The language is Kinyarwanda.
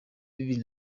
bibiri